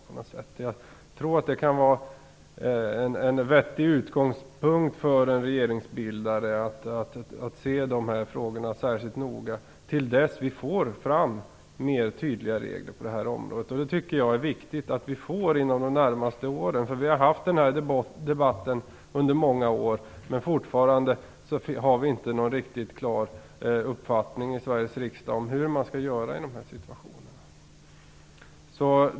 Jag tror att det kan vara en vettig utgångspunkt för en regeringsbildare att se på dessa frågor särskilt noga till dess vi får fram mer tydliga regler på det här området. Jag tycker att det är viktigt att vi får det inom de närmaste åren. Vi har haft den här debatten under många år, och fortfarande har vi inte någon riktigt klar uppfattning i Sveriges riksdag om hur man skall göra i de här situationerna.